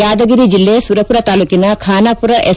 ಯಾದಗಿರಿ ಜಿಲ್ಲ ಸುರಪುರ ತಾಲ್ಲೂಕಿನ ಖನಾಪುರ ಎಸ್